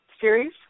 series